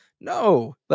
No